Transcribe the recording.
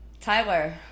Tyler